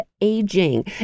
aging